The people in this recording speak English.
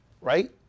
right